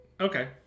Okay